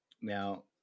Now